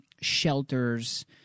shelters